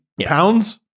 pounds